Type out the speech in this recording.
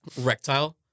rectile